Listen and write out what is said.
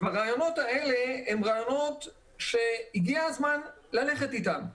הרעיונות האלה הם רעיונות שהגיע הזמן ללכת איתם.